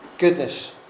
goodness